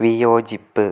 വിയോജിപ്പ്